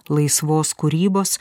laisvos kūrybos